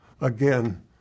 again